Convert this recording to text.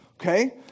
okay